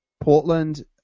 Portland